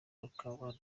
luqman